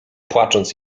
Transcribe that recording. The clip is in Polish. płacząc